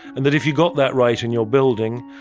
and that if you got that right in your building,